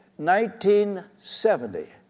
1970